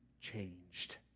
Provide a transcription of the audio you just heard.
changed